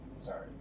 Sorry